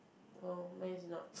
oh mine is not